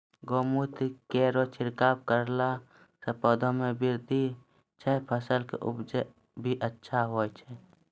गौमूत्र केरो छिड़काव करला से पौधा मे बृद्धि होय छै फसल के उपजे भी अच्छा होय छै?